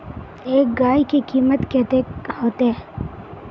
एक गाय के कीमत कते होते?